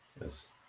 Yes